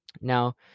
Now